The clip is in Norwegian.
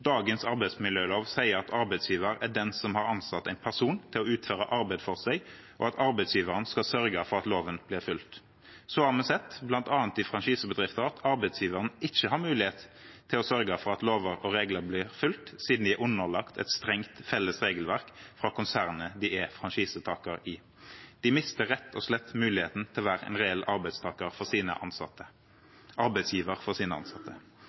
Dagens arbeidsmiljølov sier at arbeidsgiver er den som har ansatt en person til å utføre arbeid for seg, og at arbeidsgiveren skal sørge for at loven blir fulgt. Så har vi sett, bl.a. i franchisebedrifter, at arbeidsgiver ikke har mulighet til å sørge for at lover og regler blir fulgt, siden de er underlagt et strengt, felles regelverk av konsernet som de er franchisetakere i. De mister rett og slett muligheten til å være en reell arbeidsgiver for sine ansatte.